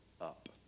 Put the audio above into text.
up